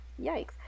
Yikes